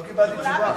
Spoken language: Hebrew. לא קיבלתי תשובה.